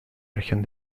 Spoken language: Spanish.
región